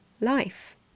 life